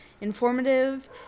informative